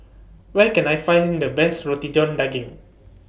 Where Can I Find The Best Roti John Daging